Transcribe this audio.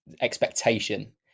expectation